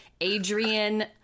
Adrian